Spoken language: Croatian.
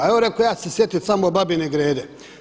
Evo rekoh, ja ću se sjetiti samo Babine Grede.